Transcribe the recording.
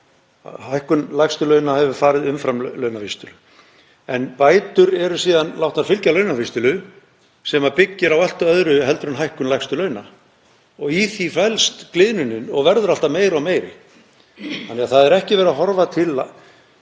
hækkun lægstu launa verið umfram launavísitölu. En bætur eru síðan látnar fylgja launavísitölu sem byggir á allt öðru en hækkun lægstu launa og í því felst gliðnunin sem verður alltaf meiri og meiri. Það er ekki verið að horfa til